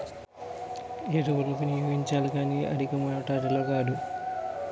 ఎరువులు వినియోగించాలి కానీ అధికమాతాధిలో కాదు